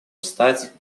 встать